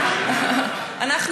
בפני נשיא בית הדין הגדול ודיברת?